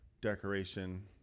decoration